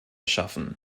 schaffen